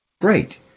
great